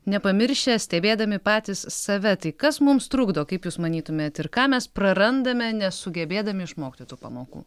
nepamiršę stebėdami patys save tai kas mums trukdo kaip jūs manytumėt ir ką mes prarandame nesugebėdami išmokti tų pamokų